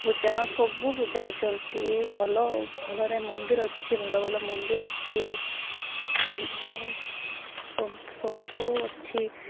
ପୂଜା ସବୁ ପୂଜା ହେଉଛନ୍ତି ଭଲ ଭଲରେ ମନ୍ଦିର ଅଛି ଭଲ ଭଲ ମନ୍ଦିର ଅଛି ଆଉ ସବୁ ଅଛି